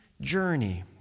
journey